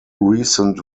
recent